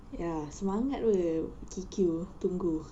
ya semangat apa pergi queue tunggu